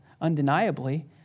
undeniably